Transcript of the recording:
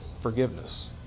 forgiveness